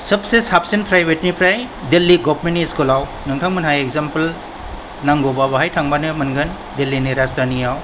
सोबसे साबसिन प्राइवेटनिफ्राय दिल्ली गवार्नमेन्ट स्कूलाव नोंथां मोनहा एग्जामपोल नांगौबा बावहाय थांबानो मोनगोन दिल्लीनि राजधानियाव